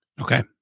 Okay